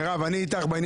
מירב, אני איתך.